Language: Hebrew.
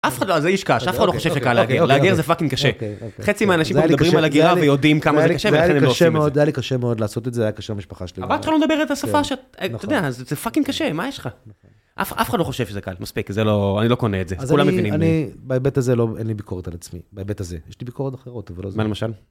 אף אחד לא, זה איש קשה, אף אחד לא חושב שקל. להגיע, להגיע זה פאקינג קשה. חצי מהאנשים מדברים על הגירה ויודעים כמה זה קשה, ולכן הם לא עושים את זה. זה היה לי קשה מאוד לעשות את זה, היה קשה במשפחה שלי. אבל התחלנו לדבר על את השפה, אתה יודע, זה פאקינג קשה, מה יש לך? אף אחד לא חושב שזה קל, מספיק, אני לא קונה את זה, כולם מבינים. באמת אני, אין לי ביקורת על עצמי, באמת אז, יש לי ביקורת אחרת. מה למשל?